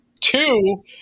two